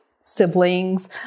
siblings